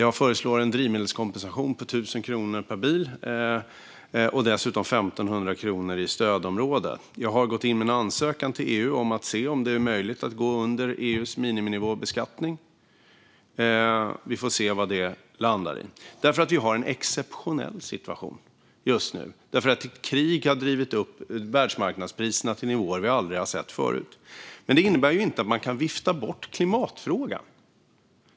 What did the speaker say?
Jag föreslår också en drivmedelskompensation på 1 000 kronor per bil och på 1 500 kronor i stödområden. Jag har gått in med en ansökan till EU om det är möjligt att gå under EU:s miniminivåbeskattning. Vi får se vad det landar i. Vi har nämligen en exceptionell situation just nu därför att ett krig har drivit upp världsmarknadspriserna till nivåer som vi aldrig har sett förut. Men detta innebär inte att man kan vifta bort klimatfrågan.